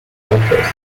helpers